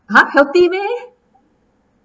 !huh! healthy meh